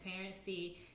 transparency